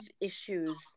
issues